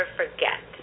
forget